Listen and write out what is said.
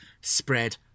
spread